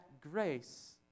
grace